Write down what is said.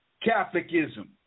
Catholicism